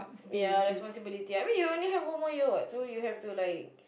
ya responsibility I mean you only have one more year what so you have to like